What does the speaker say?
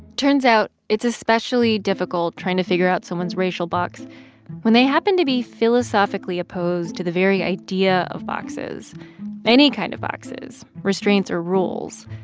turns out it's especially difficult trying to figure out someone's racial box when they happen to be philosophically opposed opposed to the very idea of boxes any kind of boxes, restraints or rules.